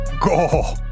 Go